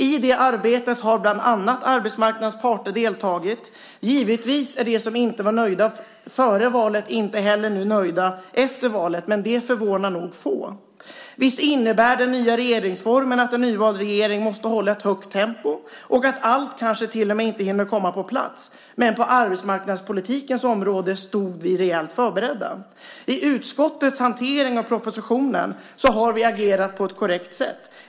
I det arbetet har bland annat arbetsmarknadens parter deltagit. Givetvis är de som inte var nöjda före valet inte heller nöjda nu efter valet. Men det förvånar nog få. Visst innebär den nya regeringsformen att en nyvald regering måste hålla ett högt tempo och att allt kanske till och med inte hinner komma på plats. Men på arbetsmarknadspolitikens område stod vi rejält förberedda. I utskottets hantering av propositionen har vi agerat på ett korrekt sätt.